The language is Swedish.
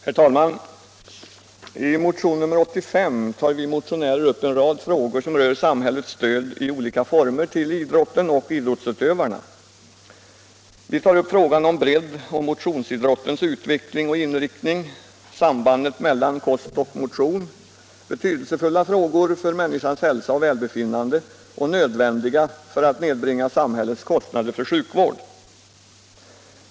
Herr talman! I motionen 85 tar vi motionärer upp en rad frågor som rör samhällets stöd i olika former till idrotten och idrottsutövarna. Det gäller breddoch motionsidrottens utveckling och inriktning och sambandet mellan kost och motion, båda frågorna betydelsefulla för människans hälsa och välbefinnande och för att nedbringa samhällets kostnader för sjukvård.